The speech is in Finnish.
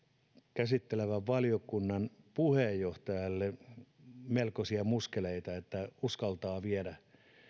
käsittelevän valiokunnan puheenjohtajalle melkoisia muskeleita että uskaltaa viedä